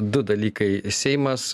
du dalykai seimas